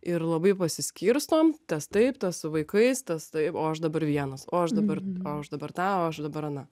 ir labai pasiskirstom tas taip tas su vaikais tas taip o aš dabar vienas o aš dabar o aš dabar tą o aš dabar aną